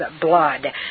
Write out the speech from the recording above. blood